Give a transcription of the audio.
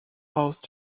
house